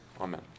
amen